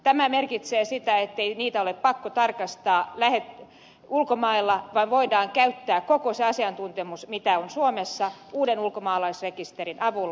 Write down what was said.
tämä merkitsee sitä ettei niitä ole pakko tarkastaa ulkomailla vaan voidaan käyttää koko se asiantuntemus mitä on suomessa uuden ulkomaalaisrekisterin avulla